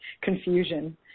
confusion